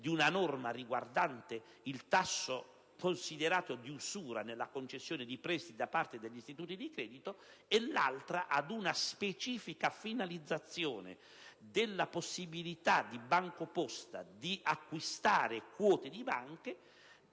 di una norma riguardante il tasso considerato di usura nella concessione di prestiti da parte degli istituti di credito e la specifica finalizzazione della possibilità di BancoPosta di acquistare quote di banche,